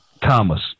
Thomas